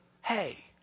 hey